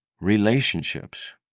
relationships